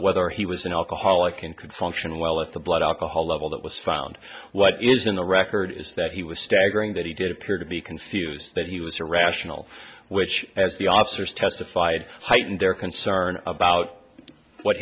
whether he was an alcoholic and could function well at the blood alcohol level that was found what is in the record is that he was staggering that he did appear to be confused that he was irrational which as the officers testified heightened their concern about what